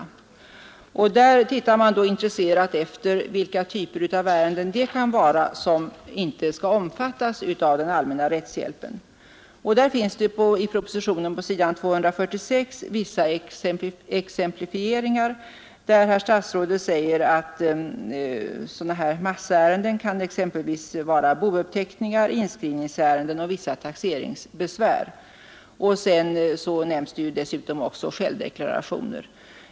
Man tittar där intresserat efter vilka typer av ärenden som inte skall omfattas av den allmänna rättshjälpen. I propositionen på s. 246 göres vissa exemplifieringar. Statsrådet säger där, att massärenden exempelvis kan utgöras av bouppteckningar, inskrivningsärenden och vissa taxeringsbesvär. Dessutom nämns självdeklarationer.